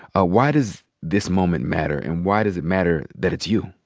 ah why does this moment matter, and why does it matter that it's you?